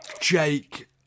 Jake